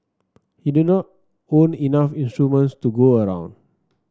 he did not own enough instruments to go around